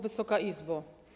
Wysoka Izbo!